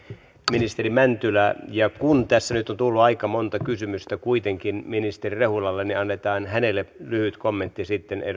ministeri mäntylä ja kun tässä nyt on tullut aika monta kysymystä kuitenkin ministeri rehulalle niin annetaan hänelle lyhyt kommentti sitten